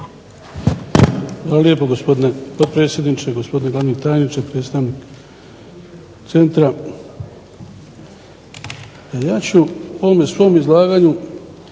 Hvala lijepo gospodine potpredsjedniče, gospodine glavni tajniče, predstavnik centra. Ja ću ovom svom izlaganju